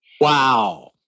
Wow